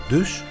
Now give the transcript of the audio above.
Dus